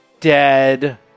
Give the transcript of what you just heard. dead